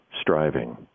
striving